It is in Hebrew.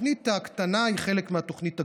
התוכנית הקטנה היא חלק מהתוכנית הגדולה,